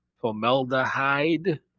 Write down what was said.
formaldehyde